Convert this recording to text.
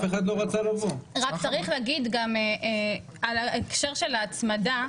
צריך להגיד בהקשר של ההצמדה,